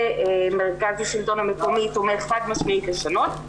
מרכז השלטון המקומי תומך חד משמעית לשנות.